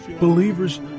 Believers